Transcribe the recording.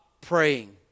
praying